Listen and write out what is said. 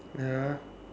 ya